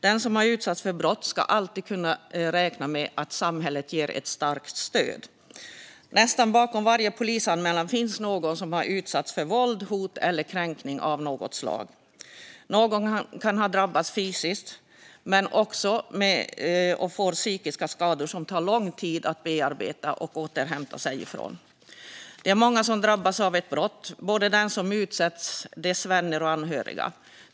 Den som har utsatts för brott ska alltid kunna räkna med att samhället ger ett starkt stöd. Bakom nästan varje polisanmälan finns någon som har utsatts för våld, hot eller kränkning av något slag. Någon kan ha drabbats fysiskt och dessutom fått psykiska skador som tar lång tid att bearbeta och återhämta sig från. Många drabbas av ett brott: den som utsätts, vänner och anhöriga.